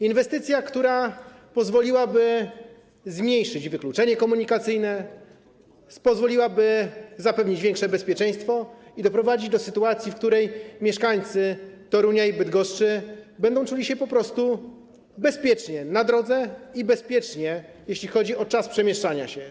Inwestycja ta pozwoliłaby zmniejszyć wykluczenie komunikacyjne, zapewnić większe bezpieczeństwo i doprowadzić do sytuacji, w której mieszkańcy Torunia i Bydgoszczy będą czuli się po prostu bezpiecznie na drodze i bezpiecznie, jeśli chodzi o czas przemieszczania się.